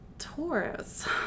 Taurus